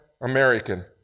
American